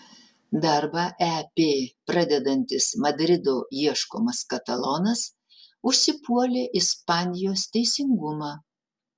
darbą ep pradedantis madrido ieškomas katalonas užsipuolė ispanijos teisingumą